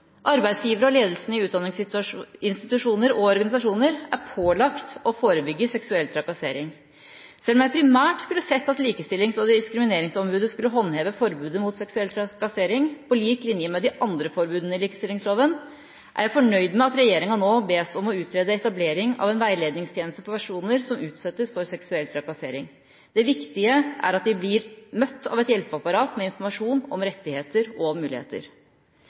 Arbeidsgivere og ledelsen i utdanningsinstitusjoner og organisasjoner er pålagt å forebygge seksuell trakassering. Selv om jeg primært hadde sett at Likestillings- og diskrimineringsombudet skulle håndheve forbudet mot seksuell trakassering på lik linje med de andre forbudene i likestillingsloven, er jeg fornøyd med at regjeringa nå bes om å utrede etablering av en veiledningstjeneste for personer som utsettes for seksuell trakassering. Det viktige er at de blir møtt av et hjelpeapparat med informasjon om rettigheter og muligheter.